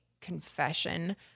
confession